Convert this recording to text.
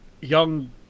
young